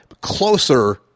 closer